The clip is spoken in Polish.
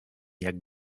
jak